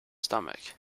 stomach